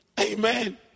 Amen